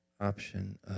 option